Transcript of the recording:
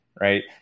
right